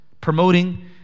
promoting